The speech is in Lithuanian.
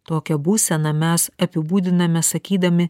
tokią būseną mes apibūdiname sakydami